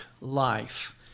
life